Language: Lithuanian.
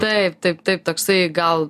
taip taip taip toksai gal